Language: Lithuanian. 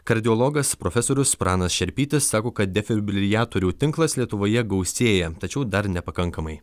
kardiologas profesorius pranas šerpytis sako kad defibriliatorių tinklas lietuvoje gausėja tačiau dar nepakankamai